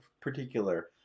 particular